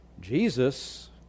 Jesus